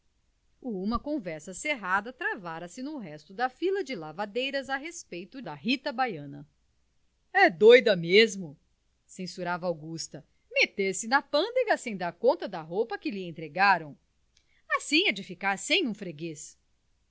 uma conversa cerrada travara se no resto da fila de lavadeiras a respeito da rita baiana é doida mesmo censurava augusta meter-se na pândega sem dar conta da roupa que lhe entregaram assim há de ficar sem um freguês